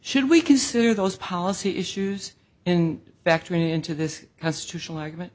should we consider those policy issues and factoring into this constitutional argument